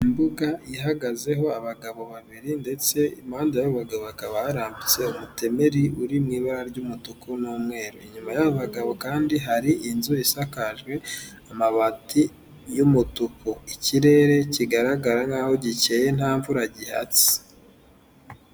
Imbuga ihagazeho abagabo babiri, ndetse impande yabo bagabo hakaba barambitse umutemeri uri mu ibara ry'umutuku n'umweru. Inyuma y'abo bagabo kandi hari inzu isakajwe amabati y'umutuku, ikirere kigaragara nk'aho gikeye nta mvura gihatse.